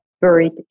buried